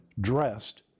dressed